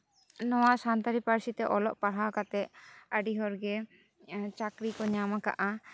ᱱᱚᱣᱟ ᱥᱟᱱᱛᱟᱲᱤ ᱯᱟᱹᱨᱥᱤᱛᱮ ᱚᱞᱚᱜ ᱯᱟᱲᱦᱟᱣ ᱠᱟᱛᱮᱫ ᱟᱹᱰᱤ ᱦᱚᱲᱜᱮ ᱪᱟᱠᱨᱤ ᱠᱚ ᱧᱟᱢᱟᱠᱟᱫᱼᱟ